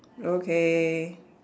okay